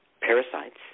parasites